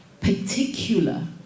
particular